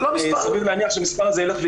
סביר להניח שהמספר הזה ילך ויגדל.